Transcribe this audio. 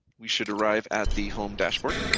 we should arrive at the home dashboard